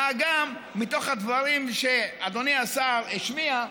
מה גם שמתוך הדברים שאדוני השר השמיע,